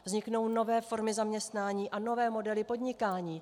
Vzniknou nové formy zaměstnání a nové modely podnikání.